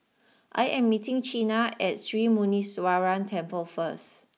I am meeting Chyna at Sri Muneeswaran Temple first